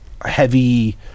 heavy